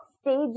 stage